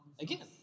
Again